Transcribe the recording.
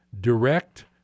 direct